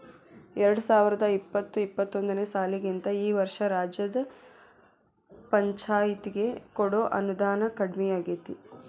ಎರ್ಡ್ಸಾವರ್ದಾ ಇಪ್ಪತ್ತು ಇಪ್ಪತ್ತೊಂದನೇ ಸಾಲಿಗಿಂತಾ ಈ ವರ್ಷ ರಾಜ್ಯದ್ ಪಂಛಾಯ್ತಿಗೆ ಕೊಡೊ ಅನುದಾನಾ ಕಡ್ಮಿಯಾಗೆತಿ